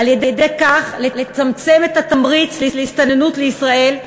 ועל-ידי כך לצמצם את התמריץ להסתננות לישראל,